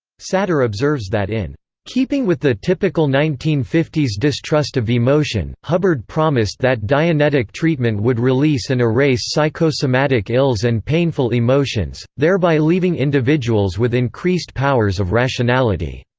satter observes that in keeping with the typical nineteen fifty s distrust of emotion, hubbard promised that dianetic treatment would release and erase psychosomatic ills and painful emotions, thereby leaving individuals with increased powers of rationality.